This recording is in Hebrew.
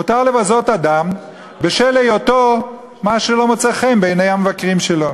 מותר לבזות אדם בשל היותו מה שלא מוצא חן בעיני המבקרים שלו.